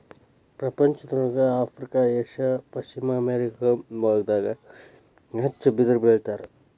ಪ್ರಪಂಚದೊಳಗ Africa Asia ಪಶ್ಚಿಮ America ಬಾಗದಾಗ ಹೆಚ್ಚ ಬಿದಿರ ಬೆಳಿತಾರ